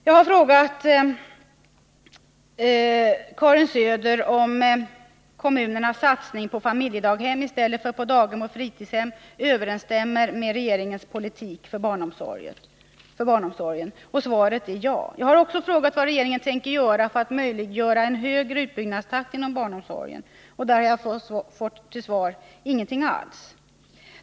Jag har frågat Karin Söder om kommunernas satsning på familjedaghem i stället för på daghem och fritidshem överensstämmer med regeringens politik för barnomsorgen. Svaret är ja. Jag har också frågat vilka åtgärder regeringen tänker vidta för att möjliggöra en högre utbyggnadstakt inom barnomsorgen. På den frågan har jag fått till svar: Ingenting alls.